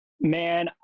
man